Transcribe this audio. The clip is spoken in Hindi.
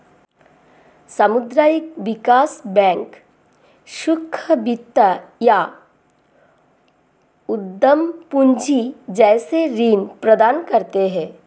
सामुदायिक विकास बैंक सूक्ष्म वित्त या उद्धम पूँजी जैसे ऋण प्रदान करते है